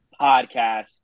Podcast